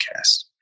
podcast